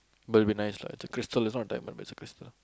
but it'll be nice lah is a crystal is not a diamond is a crystal